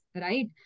right